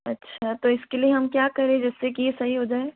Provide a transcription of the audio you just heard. अच्छा तो इसके लिए हम क्या करें जिससे कि ये सही हो जाए